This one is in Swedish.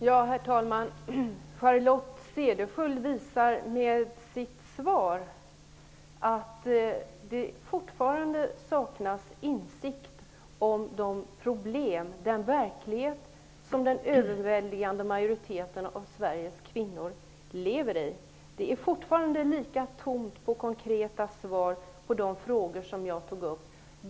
Herr talman! Charlotte Cederschiöld visar med sitt svar att det fortfarande saknas insikt om de problem som finns och den verklighet som den överväldigande majoriteten av Sveriges kvinnor lever i. Det är fortfarande lika tomt på konkreta svar på de frågor som jag tog upp.